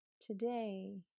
Today